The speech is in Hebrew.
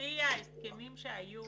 על-פי ההסכמים שהיו